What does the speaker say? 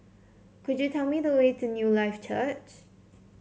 could you tell me the way to Newlife Church